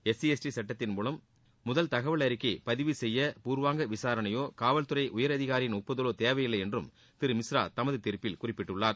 SC ST சட்டத்தின்கீழ் முதல் தகவல் அறிக்கை பதிவு செய்ய பூர்வாங்க விசாரணையோ காவல் துறை உயர் அதிகாரியின் ஒப்புதலோ தேவையில்லை என்று திரு மிஸ்ரா தமது தீர்ப்பில் குறிப்பிட்டுள்ளார்